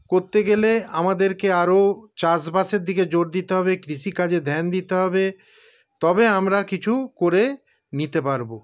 করতে গেলে আমাদেরকে আরও চাষবাসের দিকে জোর দিতে হবে কৃষিকাজে ধ্যান দিতে হবে তবে আমরা কিছু করে নিতে পারব